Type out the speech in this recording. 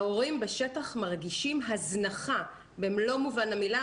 ההורים בשטח מרגישים הזנחה במלוא מובן המילה.